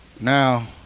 now